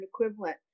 equivalent